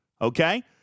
okay